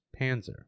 panzer